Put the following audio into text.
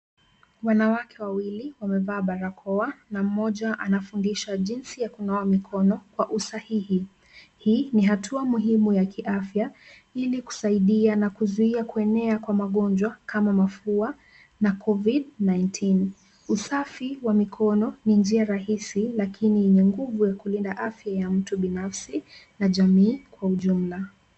Wanawake wawili wamevaa barakoa na mmoja anafundisha jinsi ya kunawa mikono kwa usahihi. Hii ni hatua muhimu ya kiafya, ili kusaidia na kuzuia kuenea kwa magonjwa kama mafua na Covid-19 . Usafi wa mikono ni njia rahisi lakini ni nguvu ya kulinda afya ya mtu binafsi na jamii kwa ujumla.